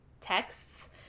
texts